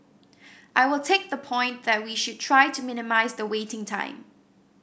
I will take the point that we should try to minimise the waiting time